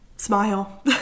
smile